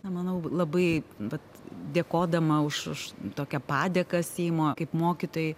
na manau labai vat dėkodama už už tokią padėką seimo kaip mokytojai